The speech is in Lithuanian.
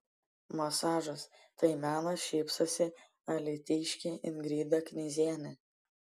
masažas tai menas šypsosi alytiškė ingrida knyzienė